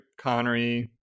connery